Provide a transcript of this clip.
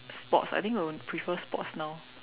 sports I think I will prefer sports now